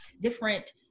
different